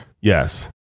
Yes